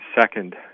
second